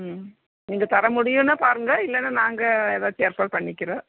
ம் நீங்கள் தர முடியுமா பாருங்கள் இல்லைன்னா நாங்கள் ஏதாச்சி பண்ணிக்கிறோம்